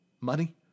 Money